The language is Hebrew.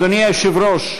אדוני היושב-ראש,